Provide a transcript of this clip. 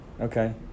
Okay